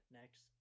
next